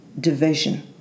division